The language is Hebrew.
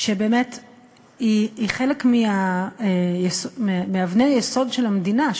שהיא חלק מאבני היסוד של המדינה,